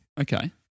Okay